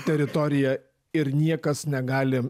teritoriją ir niekas negali